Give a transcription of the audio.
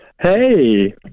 Hey